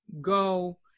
go